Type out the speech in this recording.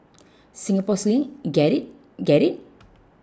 Singapore Sling get it get it